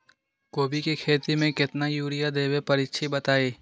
कोबी के खेती मे केतना यूरिया देबे परईछी बताई?